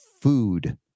food